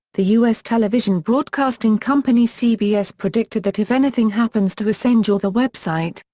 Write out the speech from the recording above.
the us television broadcasting company cbs predicted that if anything happens to assange or the website,